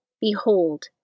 Behold